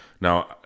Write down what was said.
now